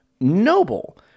noble